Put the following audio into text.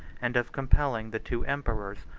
and of compelling the two emperors,